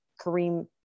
Kareem